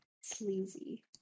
Sleazy